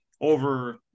over